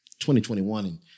2021